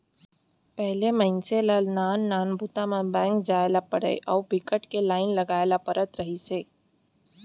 पहिली मनसे ल नान नान बूता म बेंक जाए ल परय अउ बिकट के लाईन लगाए ल परत रहिस हे